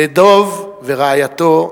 דב, ורעייתו,